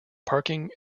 parking